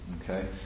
Okay